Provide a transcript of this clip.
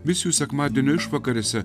misijų sekmadienio išvakarėse